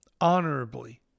honorably